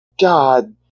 God